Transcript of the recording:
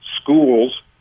schools